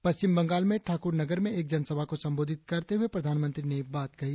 पश्चिम बंगाल में ठाकुरनगर में एक जनसभा को संबोधित करते हुए प्रधानमंत्री ने ये बात कही